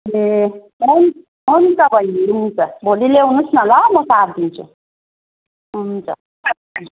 ए हुन्छ बहिनी हुन्छ भोलि ल्याउनु होस् न ल म साटिदिन्छु हुन्छ